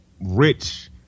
Rich